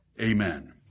Amen